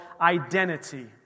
identity